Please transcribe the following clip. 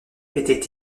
étaient